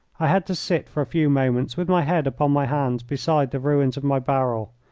i had to sit for a few moments with my head upon my hands beside the ruins of my barrel.